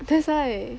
that's why